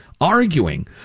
arguing